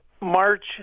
March